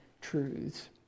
Truths